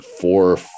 four